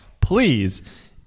please